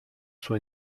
suo